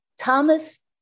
Thomas